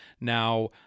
Now